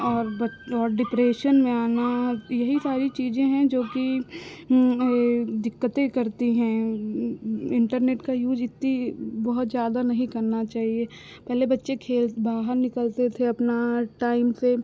और और डिप्रेशन में आना यही सारी चीज़ें हैं जोकि दिक्कतें करती हैं इन्टरनेट का यूज़ इत्ती बहुत ज़्यादा नहीं करना चाहिए पहले बच्चे खेल बाहर निकलते थे अपना टाइम से